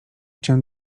cię